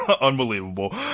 Unbelievable